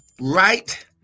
right